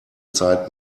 zeit